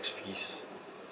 fees